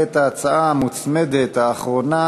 את ההצעה המוצמדת האחרונה,